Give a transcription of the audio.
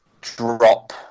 drop